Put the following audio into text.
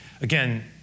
Again